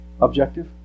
objective